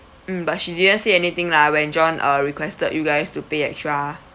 mm but she didn't say anything lah when john uh requested you guys to pay extra